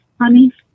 honey